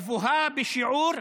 גבוהה בשיעור,